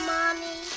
Mommy